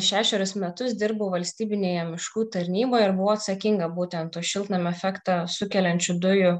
šešerius metus dirbau valstybinėje miškų tarnyboje ir buvau atsakinga būtent už šiltnamio efektą sukeliančių dujų